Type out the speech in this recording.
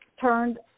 turned